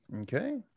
okay